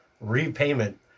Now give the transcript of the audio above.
repayment